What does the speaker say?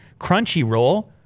Crunchyroll